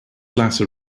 latter